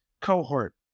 cohort